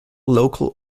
local